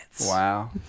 Wow